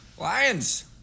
Lions